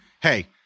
Hey